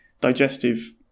digestive